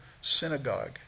synagogue